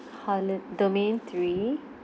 pilot domain three